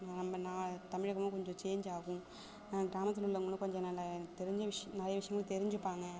நம்ம நான் தமிழகமும் கொஞ்சம் சேஞ்ச் ஆகும் கிராமத்தில் உள்ளவங்களும் கொஞ்சம் நல்லா தெரிஞ்ச விஷயம் நிறையா விஷயங்களும் தெரிஞ்சுப்பாங்க